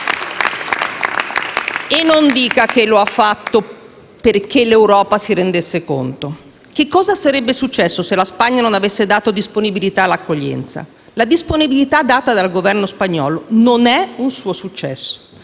E non dica che lo ha fatto perché l'Unione europea si rendesse conto. Che cosa sarebbe successo se la Spagna non avesse dato disponibilità all'accoglienza? La disponibilità data dal Governo spagnolo non è un suo successo.